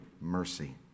mercy